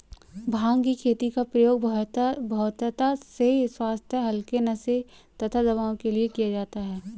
भांग की खेती का प्रयोग बहुतायत से स्वास्थ्य हल्के नशे तथा दवाओं के लिए किया जाता है